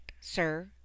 sir